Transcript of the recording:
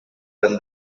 than